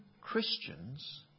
Christians